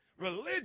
religion